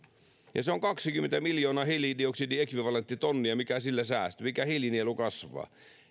se on kaksikymmentä miljoonaa hiilidioksidiekvivalenttitonnia mikä sillä säästyy minkä hiilinielu kasvaa